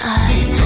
eyes